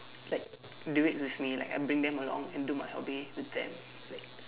like do it with me like I bring them along and do my hobby with them like